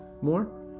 more